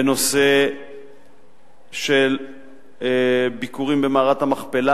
בנושא של ביקורים במערת המכפלה.